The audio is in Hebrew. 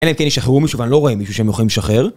אלא אם כן הם ישחררו מישהו ואני לא רואה מישהו שהם יכולים לשחרר